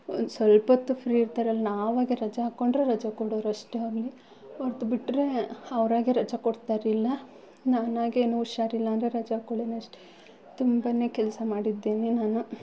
ಸ್ವಲ್ಪೊತ್ತು ಫ್ರೀ ಇರ್ತಾರಲ್ ನಾವಾಗೇ ರಜ ಹಾಕೊಂಡರು ರಜ ಕೊಡೋರು ಅಷ್ಟೆ ಅಲ್ಲಿ ಹೊರ್ತು ಬಿಟ್ಟರೆ ಅವ್ರಾಗೆ ರಜ ಕೊಡ್ತಾಯಿರಲಿಲ್ಲ ನಾನಾಗೇ ಏನು ಹುಷಾರಿಲ್ಲ ಅಂದರೆ ರಜಾ ಹಾಕೊಳೆನ್ ಅಷ್ಟೆ ತುಂಬಾ ಕೆಲಸ ಮಾಡಿದ್ದೇನೆ ನಾನು